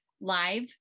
live